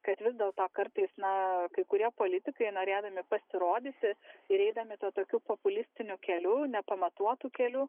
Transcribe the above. kad vis dėlto kartais na kai kurie politikai norėdami pasirodyti ir eidami tuo tokiu populistiniu keliu nepamatuotu keliu